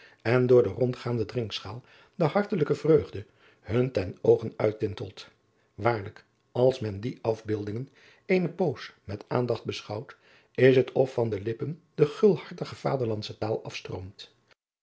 en door de rondgaande drinkschaal de hartelijke vreugde hun ten oogen uittintelt aarlijk als men die afbeeldingen eene poos met aandacht beschouwt is het of van de lippen de gulhartige vaderlandsche taal afstroomt